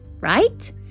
right